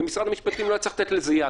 ומשרד המשפטים לא היה צריך לתת לזה יד.